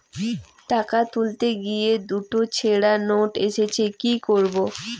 টাকা তুলতে গিয়ে দুটো ছেড়া নোট এসেছে কি করবো?